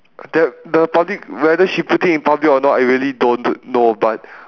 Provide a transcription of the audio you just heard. that the public whether she put it in public or not I really don't want to know but